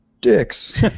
dicks